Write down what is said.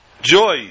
joy